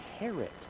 inherit